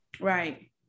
Right